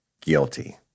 guilty